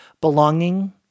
belonging